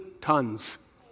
tons